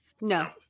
No